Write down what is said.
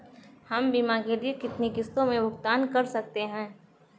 हम बीमा के लिए कितनी किश्तों में भुगतान कर सकते हैं?